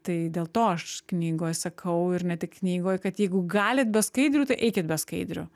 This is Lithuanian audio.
tai dėl to aš knygoj sakau ir ne tik knygoj kad jeigu galit be skaidrių tai eikit be skaidrių